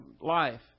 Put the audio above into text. life